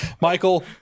Michael